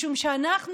משום שאנחנו,